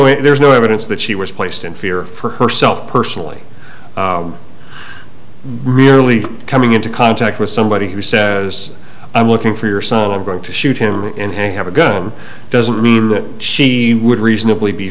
way there's no evidence that she was placed in fear for herself personally relief coming into contact with somebody who says i'm looking for your son i'm going to shoot him and have a gun doesn't mean that she would reasonably be